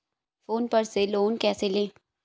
Phone पर से loan कैसे लें?